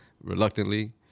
reluctantly